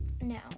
no